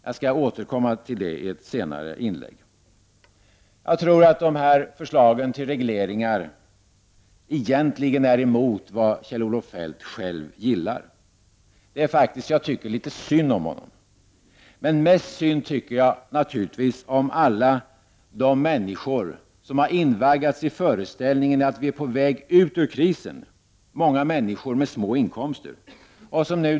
Jag skall återkomma till den frågan i senare inlägg. De här förslagen till regleringar måste egentligen vara helt emot vad Feldt gillar. Det är faktiskt så att jag tycker litet synd om honom. Men mest synd tycker jag naturligtvis om alla de människor som har invaggats i föreställningen att vi är på väg ut ur krisen — det är många människor med låga inkomster.